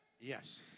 Yes